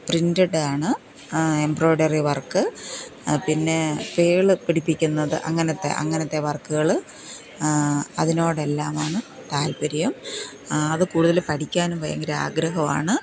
printed ആണ് embroidery work പിന്നെ pearl പിടിപ്പിക്കുന്നത് അങ്ങനെത്തെ അങ്ങനെത്തെ വര്ക്ക്കൾ അതിനോടെല്ലാമാണ് താല്പ്പര്യം അത് കൂടുതൽ പഠിക്കാനും ഭയങ്കര ആഗ്രഹമാണ്